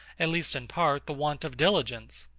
at least in part the want of diligence,